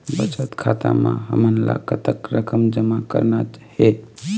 बचत खाता म हमन ला कतक रकम जमा करना हे?